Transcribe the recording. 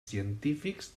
científics